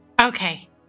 okay